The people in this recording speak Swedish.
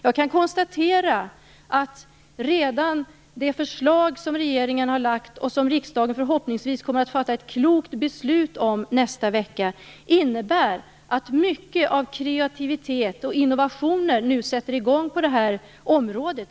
Jag kan konstatera att redan det förslag som regeringen har lagt fram och som riksdagen förhoppningsvis kommer att fatta ett klokt beslut om nästa vecka innebär att mycket av kreativitet och innovation sätter i gång på det här området.